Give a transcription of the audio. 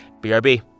BRB